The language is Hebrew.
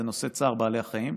זה נושא צער בעלי החיים.